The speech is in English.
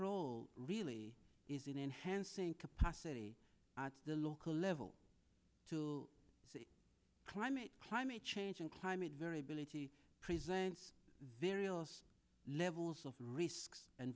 role really is in enhancing capacity at the local level to the climate climate change and climate variability presents various levels of risks and